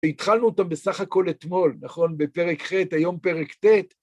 התחלנו אותם בסך הכל אתמול, נכון? בפרק ח' היום פרק ט'.